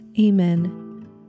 Amen